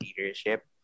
leadership